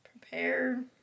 prepare